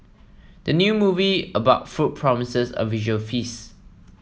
the new movie about food promises a visual feast